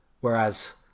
whereas